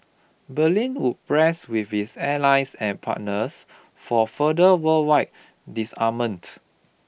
Berlin would press with its allies and partners for further worldwide disarment